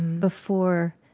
before